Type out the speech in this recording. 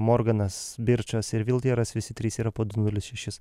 morganas birčas ir viltjeras visi trys yra po du nulis šešis